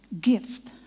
gift